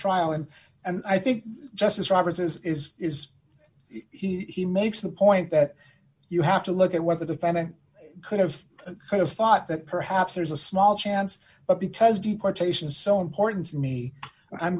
trial and and i think justice roberts is is is he makes the point that you have to look at what the defendant could have kind of thought that perhaps there's a small chance but because deportation is so important to me i'm